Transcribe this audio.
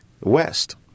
west